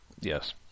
Yes